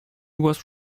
was